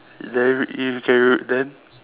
then you can re~ then